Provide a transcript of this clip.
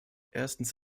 erstens